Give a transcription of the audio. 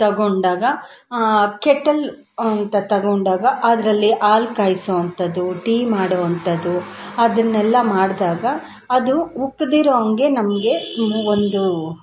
ತಗೋಂಡಾಗ kettle ಅಂತ ತಗೋಂಡಾಗ ಅದರಲ್ಲಿ ಹಾಲು ಕಾಯಿಸೋ ಅಂಥದು ಟೀ ಮಾಡೋವಂಥದು ಅದನ್ನೆಲ್ಲ ಮಾಡಿದಾಗ ಅದು ಉಕ್ಕದಿರೊ ಹಾಗೆ ನಮಗೆ ಒಂದು